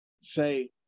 Say